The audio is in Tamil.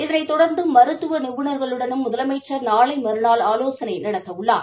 இதனைத் தொடர்ந்து மருத்துவ நிபுணர்களுடனும் முதலமைச்சர் நாளை மறுநாள் ஆவோசனை நடத்தவுள்ளார்